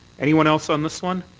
anyone else on this one?